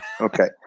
okay